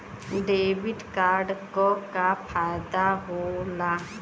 Debit card क का फायदा हो ला?